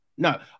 No